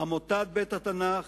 עמותת בית-התנ"ך,